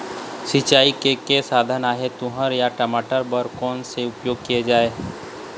सिचाई के कई साधन आहे ता तुंहर या टमाटर बार कोन सा के उपयोग किए जाए?